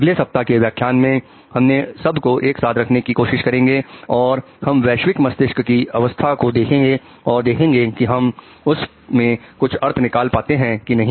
अगले सप्ताह के व्याख्यान में हमने सब को एक साथ रखने की कोशिश करेंगे और हम वैश्विक मस्तिष्क की अवस्था को देखेंगे और देखेंगे कि हम उस में कुछ अर्थ निकाल पाते हैं कि नहीं